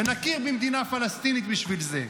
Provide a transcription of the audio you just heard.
ונכיר במדינה פלסטינית בשביל זה.